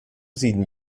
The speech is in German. sieden